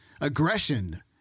aggression